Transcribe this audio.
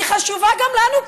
היא חשובה גם לנו,